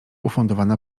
ufundowana